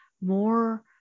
more